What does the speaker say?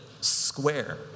square